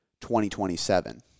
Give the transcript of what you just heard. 2027